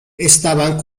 estaban